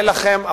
הא לכם,